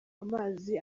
amazi